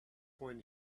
when